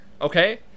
okay